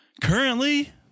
Currently